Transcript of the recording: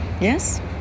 yes